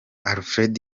alfred